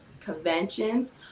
conventions